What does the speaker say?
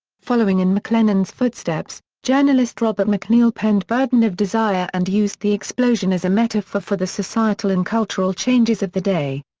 following in maclennan's footsteps, journalist robert macneil penned burden of desire and used the explosion as a metaphor for the societal and cultural changes of the day.